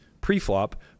pre-flop